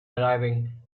arriving